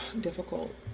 difficult